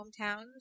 hometown